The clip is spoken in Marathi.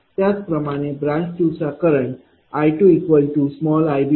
त्याचप्रमाणे ब्रांच 2 चा करंट I2iBiC10 j17